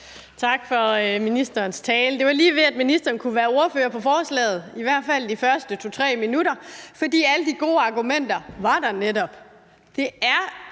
Tak for ministerens tale. Det var lige ved, at ministeren kunne være ordfører for forslaget, i hvert fald de første 2-3 minutter, for alle de gode argumenter var der netop.